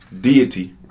deity